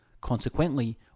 Consequently